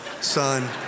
son